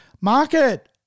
market